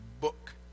book